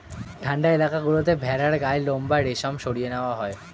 ঠান্ডা এলাকা গুলোতে ভেড়ার গায়ের লোম বা রেশম সরিয়ে নেওয়া হয়